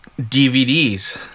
DVDs